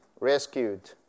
Rescued